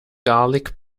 garlic